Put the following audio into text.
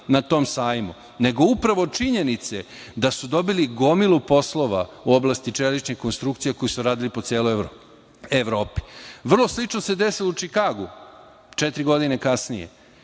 na tom sajmu, nego upravo činjenice da su dobili gomilu poslova u oblasti čelične konstrukcije koju su radili po celoj Evropi. Vrlo slično se desilo u Čikagu četiri godine kasnije.